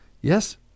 Yes